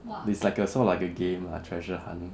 it's like a sort of like a game lah treasure hunt